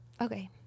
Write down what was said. okay